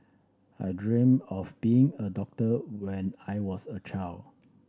I dreamt of being a doctor when I was a child